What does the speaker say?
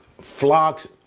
flocks